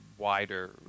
wider